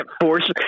force